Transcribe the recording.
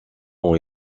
ont